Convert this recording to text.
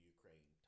Ukraine